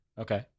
okay